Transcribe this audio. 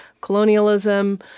colonialism